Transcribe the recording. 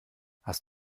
hast